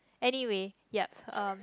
anyway yup um